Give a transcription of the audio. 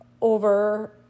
over